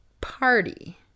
party